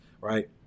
Right